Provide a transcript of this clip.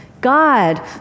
God